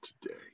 today